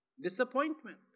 Disappointment